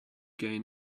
gain